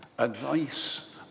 Advice